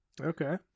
Okay